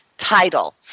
Title